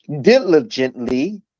diligently